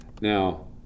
Now